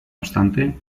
obstante